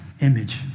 image